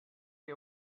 que